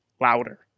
louder